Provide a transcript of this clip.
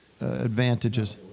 advantages